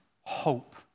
hope